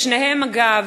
אגב,